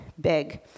big